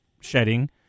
shedding